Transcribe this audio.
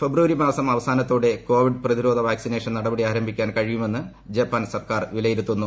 ഫെബ്രുവരി മാസം അവസാനത്തോട്ടെ കോവിഡ് പ്രതിരോധ വാക്സിനേഷൻ നടപടി ആര്യ്ഭിക്കാൻ കഴിയുമെന്ന് ജപ്പാൻ സർക്കാർ വിലയിരുത്തുന്നു